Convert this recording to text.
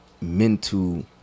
mental